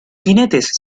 jinetes